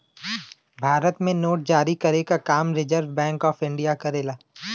भारत में नोट जारी करे क काम रिज़र्व बैंक ऑफ़ इंडिया करेला